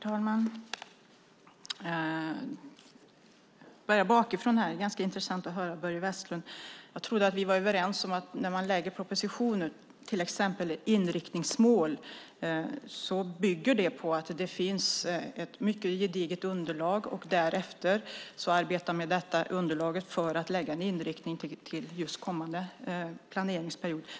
Herr talman! Jag börjar bakifrån. Det är ganska intressant att höra Börje Vestlund. Jag trodde att vi var överens om att när man lägger fram propositioner om till exempel inriktningsmål bygger det på att det finns ett mycket gediget underlag och att man arbetar med detta underlag för att lägga fast en inriktning till kommande planeringsperiod.